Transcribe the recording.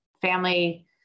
family